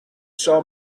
saw